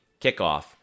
kickoff